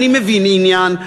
אני מבין עניין,